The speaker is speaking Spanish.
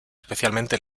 especialmente